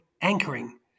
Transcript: anchoring